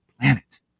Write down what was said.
planet